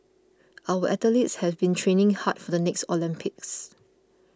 our athletes have been training hard for the next Olympics